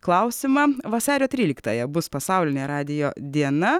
klausimą vasario tryliktąją bus pasaulinė radijo diena